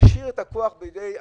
להשאיר את הכוח בידי המחוקק,